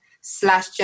slash